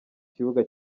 kibuga